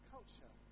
culture